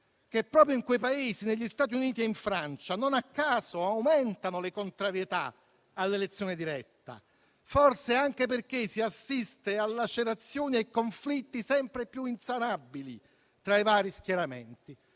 che proprio in quei paesi - negli Stati Uniti e in Francia - non a caso aumentano le contrarietà all'elezione diretta, forse anche perché si assiste a lacerazioni e conflitti sempre più insanabili tra i vari schieramenti.